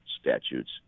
statutes